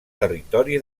territori